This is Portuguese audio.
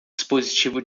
dispositivo